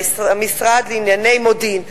המשרד לענייני מודיעין,